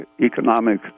economic